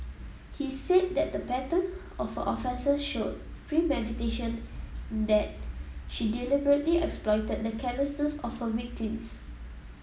he said that the pattern of her offences showed premeditation in that she deliberately exploited the carelessness of her victims